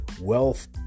wealth